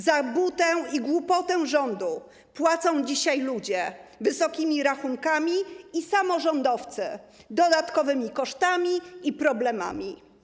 Za butę i głupotę rządu płacą dzisiaj ludzie wysokimi rachunkami i samorządowcy dodatkowymi kosztami i problemami.